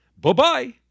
Bye-bye